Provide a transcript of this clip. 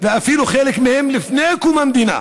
וחלק מהם אפילו לפני קום המדינה,